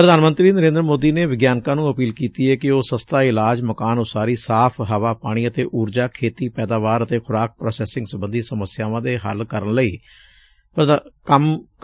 ਪ੍ਰਧਾਨ ਮੰਤਰੀ ਨਰੇਂਦਰ ਮੋਦੀ ਨੇ ਵਿਗਿਆਨਕਾਂ ਨੂੰ ਅਪੀਲ ਕੀਤੀ ਏ ਕਿ ਉਹ ਸਸਤਾ ਇਲਾਜ ਮਕਾਨ ਉਸਾਰੀ ਸਾਫ਼ ਹਵਾ ਪਾਣੀ ਅਤੇ ਉਰਜਾ ਖੇਤੀ ਪੈਦਾਵਾਰ ਅਤੇ ਖੁਰਾਕ ਪ੍ਰਾਸੈਸਿੰਗ ਸਬੰਧੀ ਸਮੱਸਿਆਵਾ ਦੇ ਹੱਲ ਲਈ ਕੰਮ ਕਰਨ